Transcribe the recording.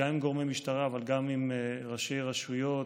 גם עם גורמי משטרה אבל גם עם ראשי רשויות,